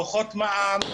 דוחות מע"מ,